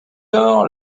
lors